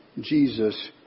Jesus